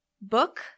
Book